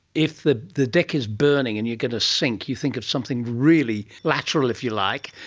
if the the deck is burning and you're going to sink, you think of something really lateral, if you like.